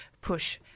push